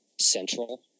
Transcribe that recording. central